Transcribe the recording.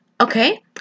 Okay